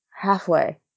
halfway